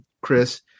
Chris